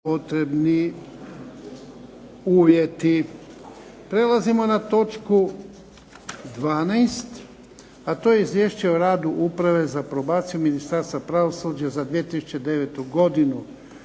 Ivan (HDZ)** Prelazimo na točku 12., a to je - Izvješće o radu Uprave za probaciju Ministarstva pravosuđa za 2009. godinu